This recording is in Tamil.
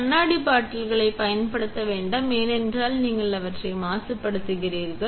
கண்ணாடி பாட்டில்களைப் பயன்படுத்த வேண்டாம் ஏனென்றால் நீங்கள் அவற்றை மாசுபடுத்துகிறீர்கள்